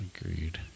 Agreed